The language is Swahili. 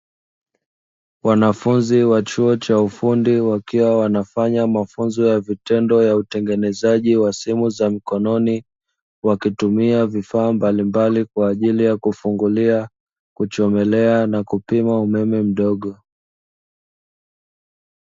Wanafunzi wa chuo cha ufundi wakiwa wanafanya mafunzo ya vitendo ya utengenezaji wa simu za mikononi, wakitumia vifaa mbalimbali kwa ajili ya: kufungulia, kuchomelea na kupima umeme mdogo.